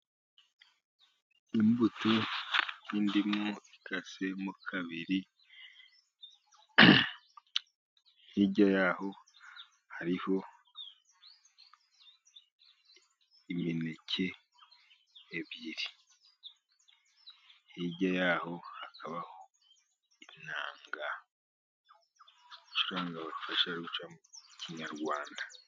Imbuto y'indimu ikase mo kabiri. Hirya y'aho hariho imineke ibiri, hirya yaho hakabaho inanga ifasha mu gucuranga kinyarwanda.